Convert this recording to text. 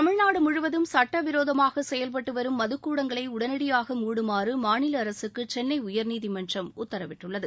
தமிழ்நாடு முழுவதும் சட்டவிரோதமாக செயல்பட்டு வரும் மதுக்கூடங்களை உடனடியாக மூடுமாறு மாநில அரசுக்கு சென்னை உயர்நீதிமன்றம் உத்தரவிட்டுள்ளது